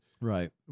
Right